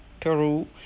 Peru